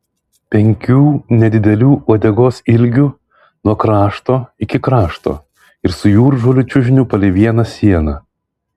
penkių nedidelių uodegos ilgių nuo krašto iki krašto ir su jūržolių čiužiniu palei vieną sieną